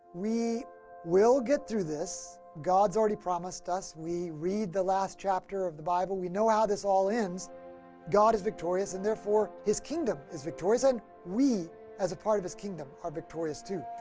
we will get through this. god's already promised us, we read the last chapter of bible we know how this all ends god is victorious and therefore his kingdom is victorious and we as a part of his kingdom are victorious, too.